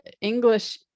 english